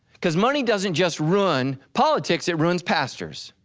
cause money doesn't just run politics, it ruins pastors.